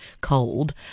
cold